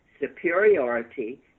superiority